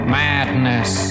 madness